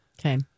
Okay